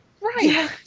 Right